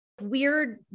weird